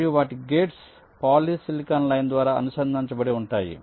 మరియు వాటి gates polysilicon line ద్వారా అనుసంధానించబడి ఉంటాయి